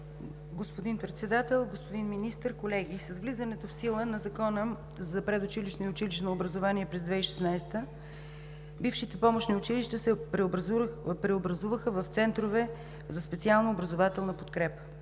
Господин Председател, господин Министър, колеги! С влизането в сила на Закона за предучилищното и училищното образование през 2016 г. бившите помощни училища се преобразуваха в центрове за специална образователна подкрепа.